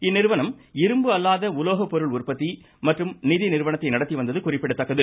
இந்நிறுவனம் இரும்பு அல்லாத உலோக பொருள் உற்பத்தி மற்றும் நிதிநிறுவனத்தை நடத்தி வந்தது குறிப்பிடத்தக்கது